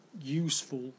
useful